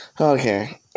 Okay